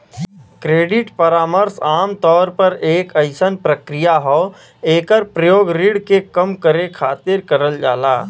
credit परामर्श आमतौर पर एक अइसन प्रक्रिया हौ एकर प्रयोग ऋण के कम करे खातिर करल जाला